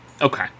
Okay